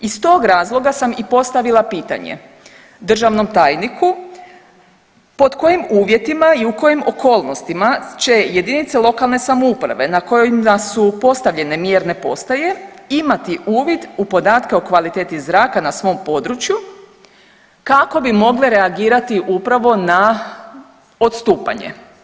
Iz tog razloga sam i postavila pitanje državnom tajniku pod kojim uvjetima i u kojim okolnostima će jedinice lokalne samouprave na kojima su postavljene mjerne postaje imati uvid u podatke o kvaliteti zraka na svom području, kako bi mogle reagirati upravo na odstupanje.